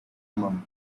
mum